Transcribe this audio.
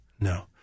no